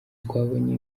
twabonye